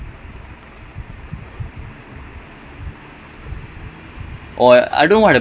yesterday night oh they didn't play martaga was sent off the last second one